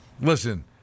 listen